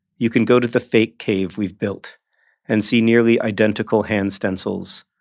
you can go to the fake cave we've built and see nearly identical hand stencils.